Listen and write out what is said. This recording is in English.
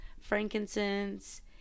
frankincense